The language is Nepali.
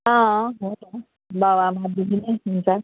अँ हो त बाउआमा बुझिदिने हुन्छ